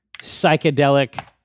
psychedelic